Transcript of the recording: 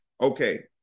okay